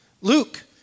Luke